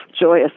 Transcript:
joyous